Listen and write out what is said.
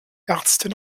ärztin